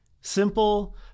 simple